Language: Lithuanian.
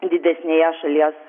didesnėje šalies